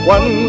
One